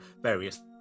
various